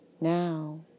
Now